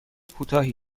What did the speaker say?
کوتاهی